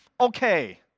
Okay